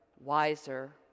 wiser